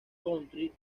country